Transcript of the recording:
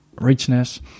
richness